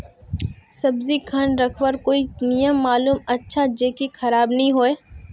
सब्जी खान रखवार कोई नियम मालूम अच्छा ज की खराब नि होय?